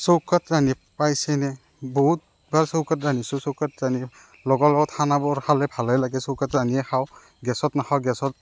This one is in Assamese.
চৌকাত ৰান্ধি পাইছেনে বহুতবাৰ চৌকাত ৰান্ধিছোঁ চৌকাত ৰান্ধি লগৰৰ লগত খানাবোৰ খালে ভালেই লাগে চৌকাত ৰান্ধিয়ে খাওঁ গেছত নাখাওঁ গেছত